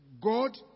God